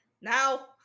now